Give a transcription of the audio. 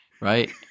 Right